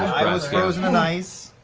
i was frozen in ice.